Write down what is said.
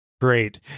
great